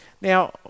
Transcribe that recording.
now